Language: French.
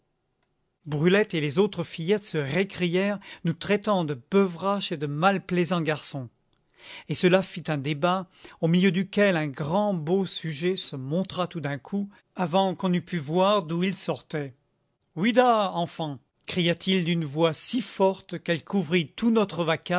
brulette et les autres fillettes se récrièrent nous traitant de beuveraches et de malplaisants garçons et cela fit un débat au milieu duquel un grand beau sujet se montra tout d'un coup avant qu'on eût pu voir d'où il sortait oui dà enfants cria-t-il d'une voix si forte qu'elle couvrit tout notre